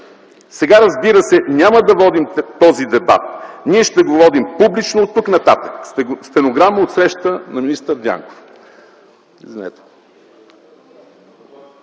„Сега разбирате, няма да водим този дебат. Ние ще го водим публично оттук нататък.” – стенограма от срещата на министър Дянков.